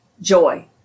joy